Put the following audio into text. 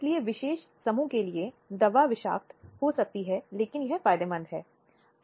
इसलिए एक स्पष्ट स्वैच्छिक समझौता होना चाहिए जिससे लड़की या महिला ने अपनी सहमति दी हो